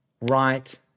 right